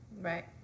Right